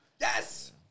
Yes